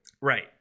right